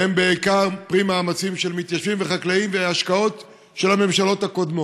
והם בעיקר פרי מאמצים של מתיישבים וחקלאים והשקעות של הממשלות הקודמות.